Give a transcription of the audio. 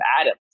atoms